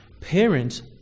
Parents